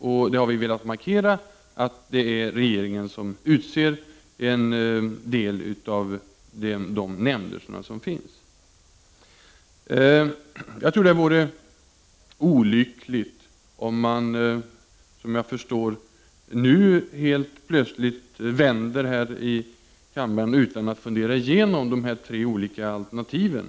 Vi har velat markera att det är regeringen som utser en del av nämnderna. Jag tror att det vore olyckligt om man nu helt plötsligt här i kammaren ändrar uppfattning utan att fundera igenom de tre alternativen.